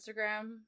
instagram